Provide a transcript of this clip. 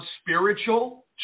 spiritual